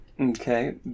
okay